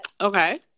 Okay